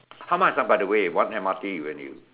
how much ah by the way one M_R_T when you